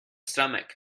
stomach